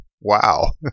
Wow